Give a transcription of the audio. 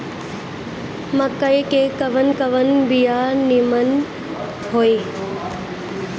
मकई के कवन कवन बिया नीमन होई?